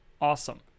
Awesome